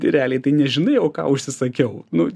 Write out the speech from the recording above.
realiai tai nežinai o ką užsisakiau nu